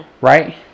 Right